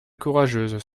courageuses